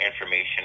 information